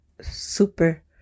super